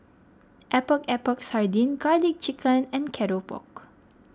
Epok Epok Sardin Garlic Chicken and Keropok